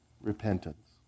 repentance